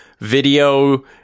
video